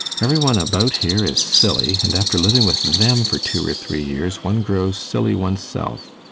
every one about here is silly, and after living with them for two or three years one grows silly oneself.